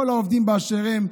כל העובדים באשר הם,